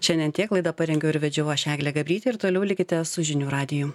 šiandien tiek laidą parengiau ir vedžiau aš eglė gabrytė ir toliau likite su žinių radiju